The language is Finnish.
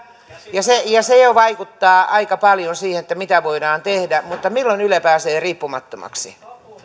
ja se ja se jo vaikuttaa aika paljon siihen mitä voidaan tehdä mutta milloin yle pääsee riippumattomaksi